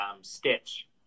Stitch